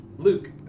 Luke